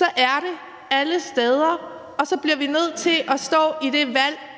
er det alle steder, og så bliver vi nødt til at stå i det valg,